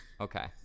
Okay